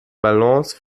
balance